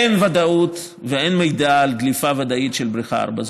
אין ודאות ואין מידע על דליפה ודאית של בריכה 4,